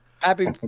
Happy